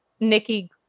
Nikki